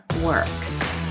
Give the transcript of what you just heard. works